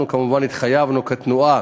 אנחנו, כמובן, התחייבנו, כתנועה,